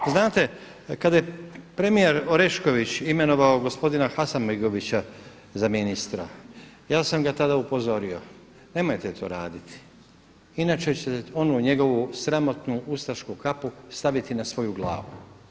Znate, kada je premijer Orešković imenovao gospodina Hasanbegovića za ministra, ja sam ga tada upozorio nemojte to raditi inače ćete onu njegovu sramotnu ustašku kapu staviti na svoju glavu.